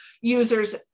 users